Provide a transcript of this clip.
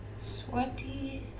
Sweaty